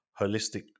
holistic